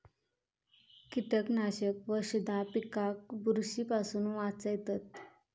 कीटकनाशक वशधा पिकाक बुरशी पासून वाचयतत